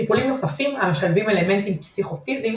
טיפולים נוספים המשלבים אלמנטים פסיכו-פיזיים